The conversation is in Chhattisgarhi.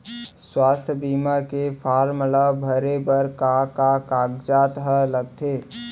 स्वास्थ्य बीमा के फॉर्म ल भरे बर का का कागजात ह लगथे?